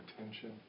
attention